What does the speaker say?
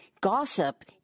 gossip